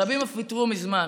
רבים אף ויתרו מזמן.